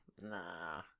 nah